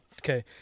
Okay